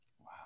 Wow